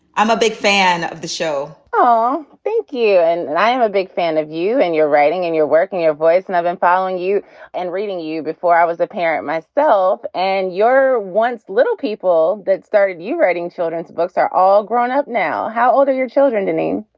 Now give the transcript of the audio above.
i'm a big fan of the show oh, thank you. and and i am a big fan of you and your writing and your working your voice. and i've been following you and reading you before i was a parent myself and your once little people that started you writing children's books are all grown up now. how old are your children to name?